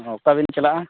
ᱚᱸ ᱚᱠᱟ ᱵᱤᱱ ᱪᱟᱞᱟᱜᱼᱟ